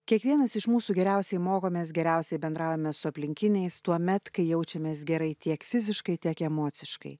kiekvienas iš mūsų geriausiai mokomės geriausiai bendraujame su aplinkiniais tuomet kai jaučiamės gerai tiek fiziškai tiek emociškai